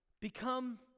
become